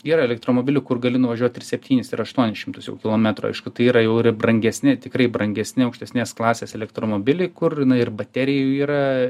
yra elektromobilių kur gali nuvažiuot ir septynis ir aštuonis šimtus jau kilometrų aišku tai yra jau ir brangesni tikrai brangesni aukštesnės klasės elektromobiliai kur na ir baterija jų yra